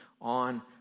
on